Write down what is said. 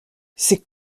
c’est